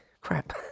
crap